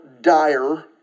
dire